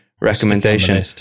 recommendation